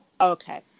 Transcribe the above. Okay